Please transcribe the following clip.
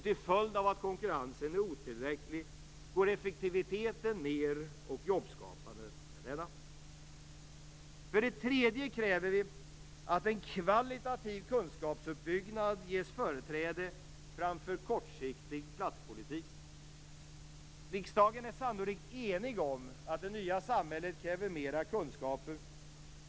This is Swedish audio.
Till följd av att konkurrensen är otillräcklig går effektiviteten ned, och jobbskapandet med denna. För det tredje kräver vi att en kvalitativ kunskapsuppbyggnad ges företräde framför en kortsiktig platspolitik. Riksdagen är sannolikt enig om att det nya samhället kräver mera kunskaper.